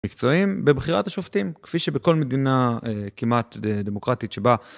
מקצועים בבחירת השופטים, כפי שבכל מדינה כמעט דמוקרטית שבה.